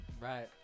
Right